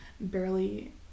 barely